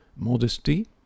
modesty